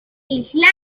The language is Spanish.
islam